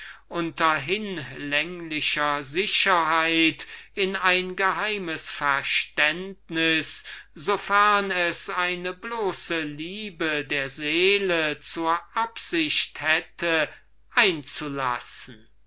hinlänglicher sicherheit sich in ein geheimes verständnis in so fern es eine bloße liebe der seele zur absicht hätte einzulassen